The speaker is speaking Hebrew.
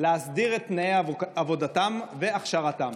להסדיר את תנאי עבודתם והכשרתם.